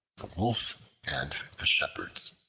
wolf and the shepherds